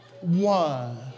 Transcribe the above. one